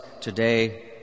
Today